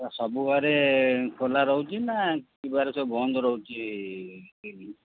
ସବୁ ବାରରେ ଖୋଲାରହୁଛି ନା ବାର ସବୁ ବନ୍ଦ ରହୁଛି କ୍ଲିନିକ୍